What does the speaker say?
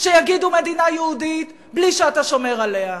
שיגידו "מדינה יהודית" בלי שאתה שומר עליה.